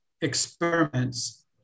experiments